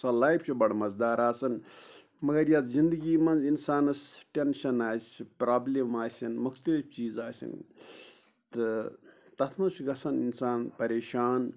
سۄ لایف چھِ بَڑٕ مَزٕدار آسان مگر یَتھ زِندٕگی منٛز اِنسانَس ٹٮ۪نشَن آسہِ پرٛابلِم آسن مختلف چیٖز آسن تہٕ تَتھ منٛز چھُ گژھان اِنسان پریشان